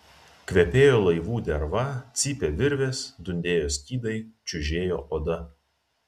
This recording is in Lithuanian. kvepėjo laivų derva cypė virvės dundėjo skydai čiužėjo oda